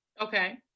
Okay